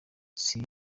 nzi